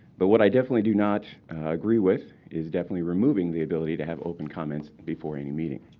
but what i definitely do not agree with is definitely removing the ability to have open comments before any meeting.